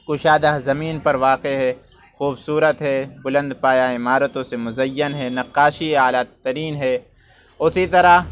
کشادہ زمین پر واقع ہے خوبصورت ہے بلند پایہ عمارتوں سے مزین ہے نقاشی اعلیٰ ترین ہے اسی طرح